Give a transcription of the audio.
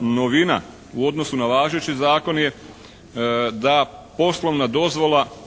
Novina u odnosu na važeći zakon je da poslovna dozvola